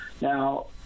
Now